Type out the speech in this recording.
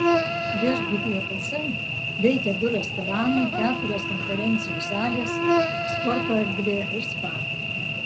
viešbutyje pacai veikia du restoranai keturios konferencijų salės sporto erdvė ir spa